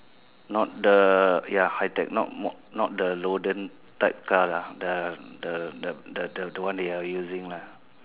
not the ya high tech not not the olden type car lah the the the the one they are using lah